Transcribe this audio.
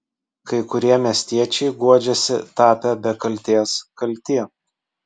kai kurie miestiečiai guodžiasi tapę be kaltės kalti